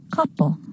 Couple